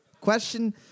Question